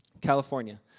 California